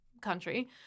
country